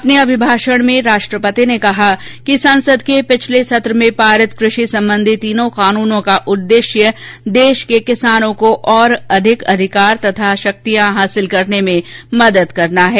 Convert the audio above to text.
अपने अभिभाषण में राष्ट्रपति ने कहा कि संसद के पिछले सत्र में पारित कृषि संबंधी तीनों कानूनों का उद्देश्य देश के किसानों को और अधिक अधिकार तथा शक्तियां हासिल करने में मदद करना है